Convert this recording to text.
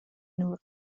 نور